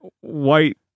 white